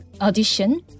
audition